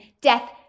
death